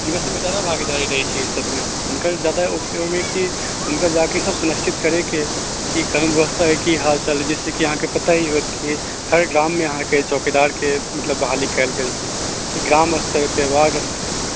हिनकर सबके ज्यादा भागीदारी रहै छै एहिसबमे हुनकर ज्यादा उपयोगी कि हुनकर जाके सब सुनश्चित करैके कि कानून बेबस्थाके की हालचाल जइसेकि अहाँ पता ही होएत कि हर गाममे अहाँके ई चौकीदारके मतलब बहाली कएल गेल छै ग्राम स्तरपर वार्ड स्तरपर